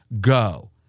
go